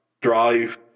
drive